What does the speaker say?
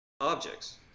objects